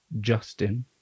Justin